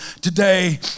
today